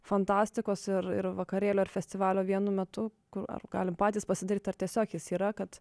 fantastikos ir ir vakarėlio ir festivalio vienu metu kur ar galim patys pasidaryt ar tiesiog jis yra kad